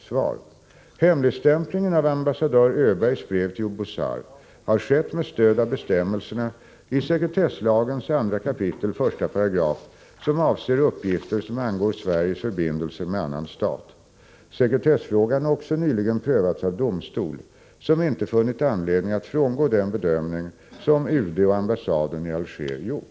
Svar: Hemligstämplingen av ambassadör Öbergs brev till Oubouzar har skett med stöd av bestämmelserna i sekretesslagens 2 kap. 1 §, som avser uppgifter som angår Sveriges förbindelser med annan stat. Sekretessfrågan har också nyligen prövats av domstol, som inte funnit anledning att frångå den bedömning som UD och ambassaden i Alger gjort.